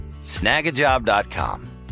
snagajob.com